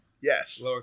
Yes